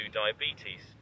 diabetes